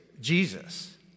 Jesus